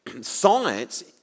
science